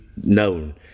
known